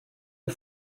ont